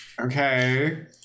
Okay